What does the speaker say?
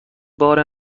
بار